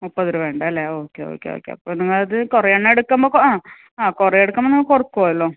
മുപ്പത് രൂപയുണ്ടല്ലേ ആ ഓക്കെ ഓക്കെ അപ്പോൾ നിങ്ങളത് കുറയണം എടുക്കുമ്പോൾ ആ കുറെ എടുക്കുമ്പോൾ കുറക്കുവല്ലോ